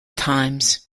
times